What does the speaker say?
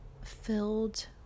filled